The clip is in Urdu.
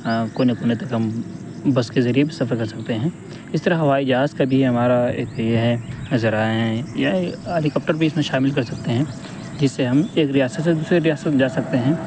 کونے کونے تک ہم بس کے ذریعے بھی سفر کر سکتے ہیں اس طرح ہوائی جہاز کا بھی ہمارا ایک یہ ہے ذرائع ہیں یا ہیلیکاپٹر بھی اس میں شامل کر سکتے ہیں جس سے ہم ایک ریاست سے دوسرے ریاست میں جا سکتے ہیں